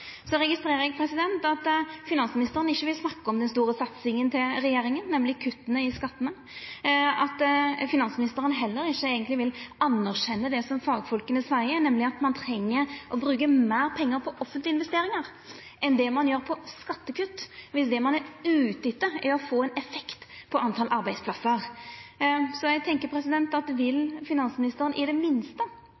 Så registrerer eg at finansministeren ikkje vil snakka om den store satsinga til regjeringa, nemleg kutta i skattane, og at finansministeren heller ikkje eigentleg vil anerkjenne det som fagfolka seier, nemleg at ein treng å bruka meir pengar på offentlege investeringar enn det ein gjer på skattekutt, dersom det ein er ute etter, er å få ein effekt på talet på arbeidsplassar. Så eg